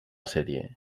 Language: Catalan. sèrie